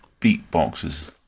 beatboxes